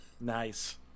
Nice